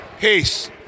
Peace